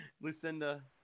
Lucinda